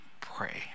pray